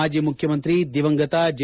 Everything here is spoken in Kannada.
ಮಾಜ ಮುಖ್ಯಮಂತ್ರಿ ದಿವಂಗತ ಜೆ